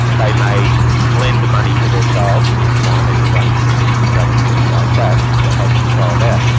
they may lend money to their child, which is fine, everyone usually does things like that, and to help the child out,